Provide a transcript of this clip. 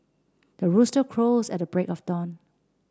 the rooster crows at the break of dawn